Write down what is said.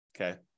okay